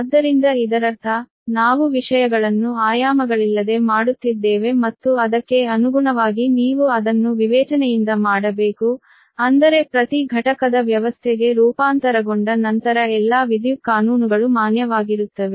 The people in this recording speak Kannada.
ಆದ್ದರಿಂದ ಇದರರ್ಥ ನಾವು ವಿಷಯಗಳನ್ನು ಆಯಾಮಗಳಿಲ್ಲದೆ ಮಾಡುತ್ತಿದ್ದೇವೆ ಮತ್ತು ಅದಕ್ಕೆ ಅನುಗುಣವಾಗಿ ನೀವು ಅದನ್ನು ವಿವೇಚನೆಯಿಂದ ಮಾಡಬೇಕು ಅಂದರೆ ಪ್ರತಿ ಘಟಕದ ವ್ಯವಸ್ಥೆಗೆ ರೂಪಾಂತರಗೊಂಡ ನಂತರ ಎಲ್ಲಾ ವಿದ್ಯುತ್ ಕಾನೂನುಗಳು ಮಾನ್ಯವಾಗಿರುತ್ತವೆ